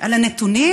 על הנתונים,